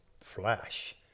flash